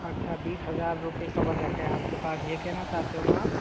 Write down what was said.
अच्छा बीस हज़ार रुपये का बजट आपके पास ये कहना चाहते है ना आप